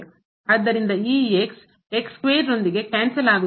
ಆದ್ದರಿಂದಈ ರೊಂದಿಗೆ cancel ಆಗುತ್ತದೆ